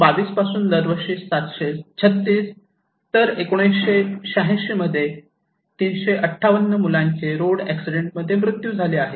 1922 पासून दरवर्षी 736 तर 1986 मध्ये 358 मुलांचे रोड एक्सीडेंट मध्ये मृत्यू झाले आहे